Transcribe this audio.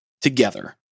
together